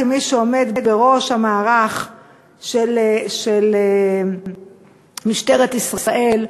כמי שעומד בראש המערך של משטרת ישראל,